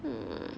mm